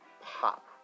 pop